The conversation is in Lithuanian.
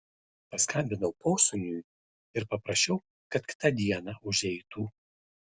paskambinau posūniui ir paprašiau kad kitą dieną užeitų